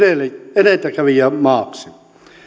edelläkävijämaaksi